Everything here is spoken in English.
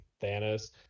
Thanos